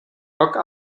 rok